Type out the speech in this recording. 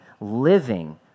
living